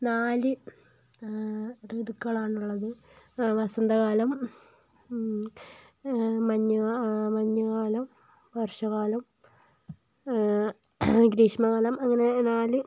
നാല് ഋതുക്കളാണ് ഉള്ളത് വസന്തകാലം മഞ്ഞുകാ മഞ്ഞുകാലം വർഷകാലം ഗ്രീഷ്മകാലം അങ്ങനെ നാല്